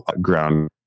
ground